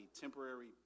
temporary